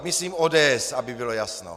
Myslím ODS, aby bylo jasno.